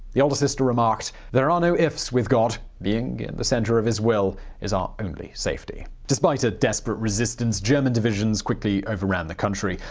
the older sister remarked there are no ifs with god, being in the centre of his will is our only safety despite a desperate resistance, german divisions quickly overrun the country.